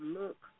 look